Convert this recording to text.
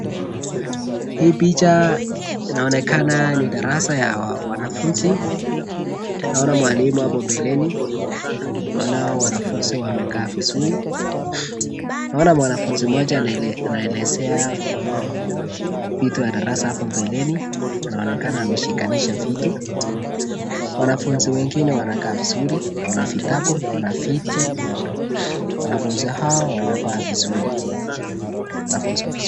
Hii picha, inaonekana ni darasa ya wanafunzi. Naona mwalimu hapo mbeleni. Naona wanafunzi wamekaa vizuri. Naona mwanafunzi mmoja anaelezea vitu ya darasa hapo mbeleni, inaonekana ameshikanisha vitu. Wanafunzi wengine wamekaa vizuri. Naona vitabu, naona viti. Wanafunzi hawa wanakaa vizuri. Wanafunza vizuri